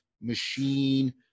machine